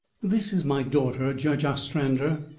this is my daughter, judge ostrander,